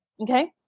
Okay